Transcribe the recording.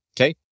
okay